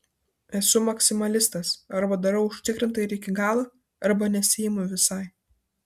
esu maksimalistas arba darau užtikrintai ir iki galo arba nesiimu visai